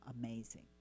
amazing